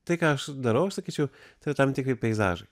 tai ką aš darau aš sakyčiau tai yra tam tikri peizažai